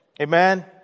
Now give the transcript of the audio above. amen